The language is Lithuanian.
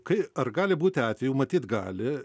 kai ar gali būti atvejų matyt gali